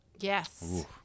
Yes